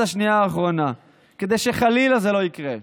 השנייה האחרונה כדי שחלילה זה לא יקרה.